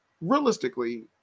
realistically